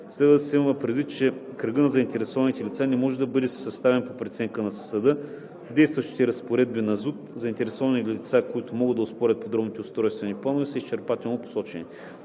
Следва да се има предвид, че кръгът на заинтересованите лица не може да бъде оставен на преценка на съда. В действащите разпоредби на Закона за устройство на територията заинтересованите лица, които могат да оспорват подробните устройствени планове, са изчерпателно посочени.